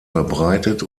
verbreitet